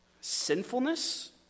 sinfulness